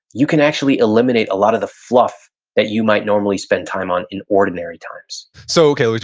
you can actually eliminate a lot of the fluff that you might normally spend time on in ordinary times so, okay. like